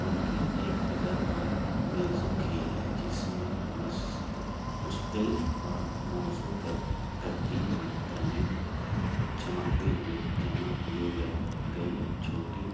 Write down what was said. pumpkin یا ایک puzzle اور میزو کھیل ہے جس میں مست مشتل اور موضوع ترتیب میں رنگین چمکتے ہوئے جمع کئے گئے گئی چھوٹی